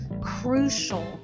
crucial